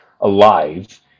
alive